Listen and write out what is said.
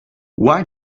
why